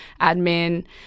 admin